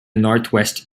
northwest